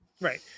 Right